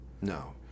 No